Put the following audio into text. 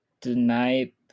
tonight